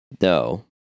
No